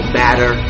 matter